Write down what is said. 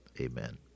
Amen